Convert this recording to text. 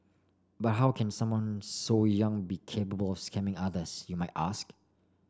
but how can someone so young be capable scamming others you might ask